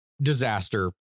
disaster